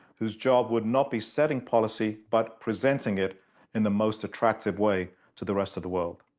whose job would not be setting policy, but presenting it in the most attractive way to the rest of the world.